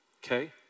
Okay